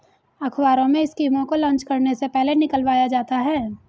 अखबारों में स्कीमों को लान्च करने से पहले निकलवाया जाता है